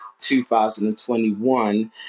2021